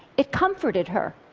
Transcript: it comforted her.